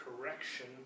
correction